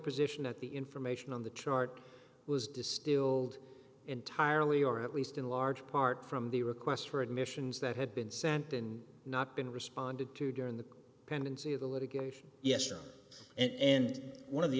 position at the information on the chart was distilled entirely or at least in large part from the request for admissions that had been sent in not been responded to during the pendency of the litigation yesterday and one of the